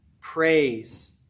praise